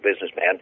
businessman